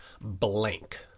blank